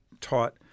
taught